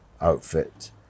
outfit